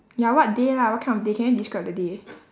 ya what day lah what kind of day can you describe the day